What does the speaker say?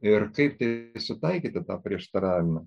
ir kaip tai sutaikyti tą prieštaravimą